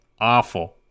Awful